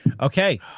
Okay